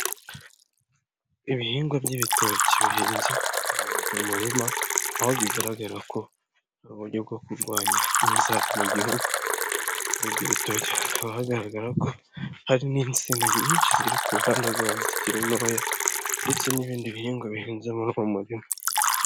Ibihingwa by'ibitoki bihinze ahantu mu murima aho bigaragara ko nta buryo bwo kurwanya inzara mu gihugu'ibyo bitoki hakaba hagaragara ko hari n'insina nyinshi ziri ku ruhande rwabo zikiri ntoya ndetse n'ibindi bihingwa bihinze muri uwo murima.